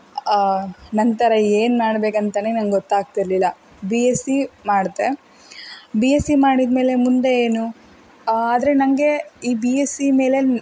ನಂತರ ಏನು ಮಾಡ್ಬೇಕಂತಾನೆ ನಂಗೆ ಗೊತ್ತಾಗ್ತಿರ್ಲಿಲ್ಲ ಬಿ ಎಸ್ ಸಿ ಮಾಡಿದೆ ಬಿ ಎಸ್ ಸಿ ಮಾಡಿದ ಮೇಲೆ ಮುಂದೆ ಏನು ಆದರೆ ನನಗೆ ಈ ಬಿ ಎಸ್ ಸಿ ಮೇಲೆ